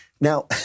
now